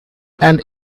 and